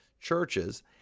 churches